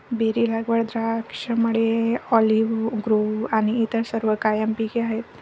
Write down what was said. berry लागवड, द्राक्षमळे, olive grove आणि इतर सर्व कायम पिके आहेत